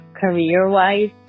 career-wise